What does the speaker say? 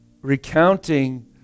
recounting